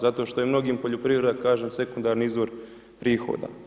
Zato što je mnogim poljoprivreda kažem sekundari izvor prihoda.